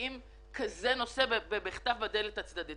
מביאים כזה נושא במחטף בדלת הצדדית.